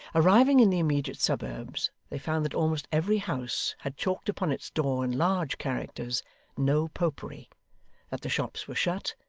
arriving in the immediate suburbs, they found that almost every house had chalked upon its door in large characters no popery that the shops were shut,